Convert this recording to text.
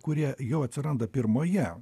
kurie jau atsiranda pirmoje